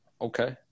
Okay